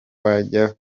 wajya